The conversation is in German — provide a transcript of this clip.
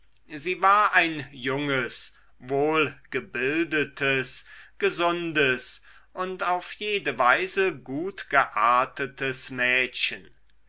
sie war ein junges wohlgebildetes gesundes und auf jede weise gutgeartetes mädchen